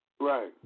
Right